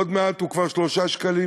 עוד מעט הוא כבר 3 שקלים,